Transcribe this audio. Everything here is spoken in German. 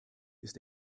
ist